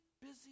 busy